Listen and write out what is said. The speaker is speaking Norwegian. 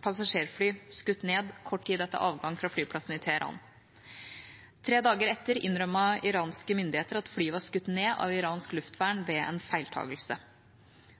passasjerfly skutt ned kort tid etter avgang fra flyplassen i Teheran. Tre dager etter innrømmet iranske myndigheter at flyet var skutt ned av iransk luftvern ved en feiltakelse.